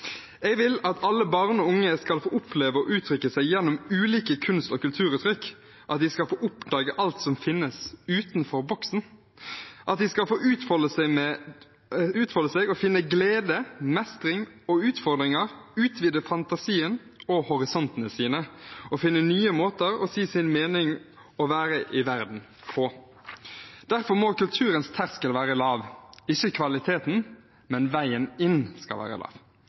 Jeg vil at alle barn og unge skal få oppleve å uttrykke seg gjennom ulike kunst- og kulturuttrykk, at de skal få oppdage alt som finnes utenfor boksen, og at de skal få utfolde seg og finne glede, mestring og utfordringer, utvide fantasien og horisonten og finne nye måter å si sin mening og være i verden på. Derfor må kulturens terskel være lav – ikke kvaliteten, men veien inn. Kulturaktørene må være